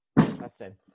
Interesting